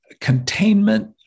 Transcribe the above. containment